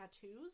tattoos